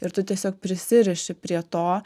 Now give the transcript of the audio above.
ir tu tiesiog prisiriši prie to